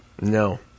No